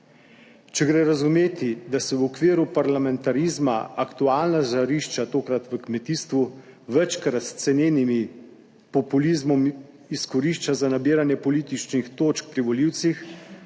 Če gre razumeti, da se v okviru parlamentarizma aktualna žarišča, tokrat v kmetijstvu, večkrat s cenenim populizmom izkorišča za nabiranje političnih točk pri volivcih,